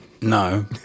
No